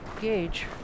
gauge